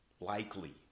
likely